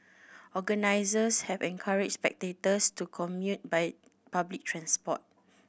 organisers have encouraged spectators to commute by public transport